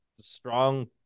strong